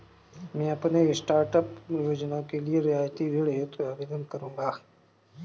मैं अपने स्टार्टअप योजना के लिए रियायती ऋण हेतु आवेदन करूंगा